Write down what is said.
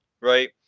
right